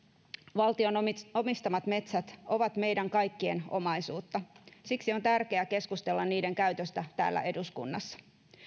valtion omistamat metsät ovat meidän kaikkien omaisuutta siksi on tärkeää keskustella niiden käytöstä täällä eduskunnassa